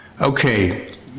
Okay